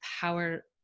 power